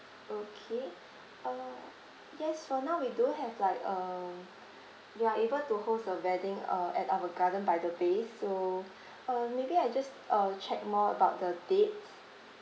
okay uh yes for now we do have like uh you are able to host the wedding uh at our garden by the bay so uh maybe I just uh check more about the dates